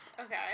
Okay